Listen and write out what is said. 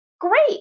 great